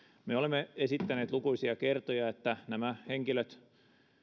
me olemme esittäneet lukuisia kertoja että nämä henkilöt